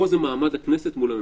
פה זה מעמד הכנסת מול הממשלה.